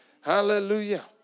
Hallelujah